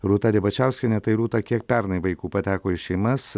rūta ribačiauskienė tai rūta kiek pernai vaikų pateko į šeimas